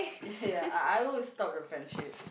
ya I would stop the friendship